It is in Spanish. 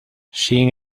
sin